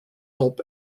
help